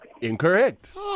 Incorrect